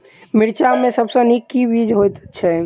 मिर्चा मे सबसँ नीक केँ बीज होइत छै?